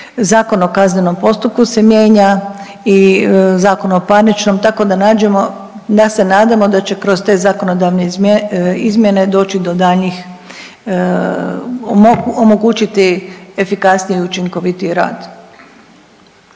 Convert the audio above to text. Zakon o kaznenom postupku se mijenja i Zakon o parničnom, tako da nađemo, da se nadamo da će kroz te zakonodavne izmjene doći do daljnjih, omogućiti efikasniji i učinkovitiji rad.